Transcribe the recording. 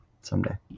someday